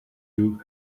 you